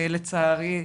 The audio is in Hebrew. לצערי,